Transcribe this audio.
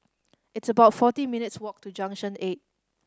it's about forty minutes' walk to Junction Eight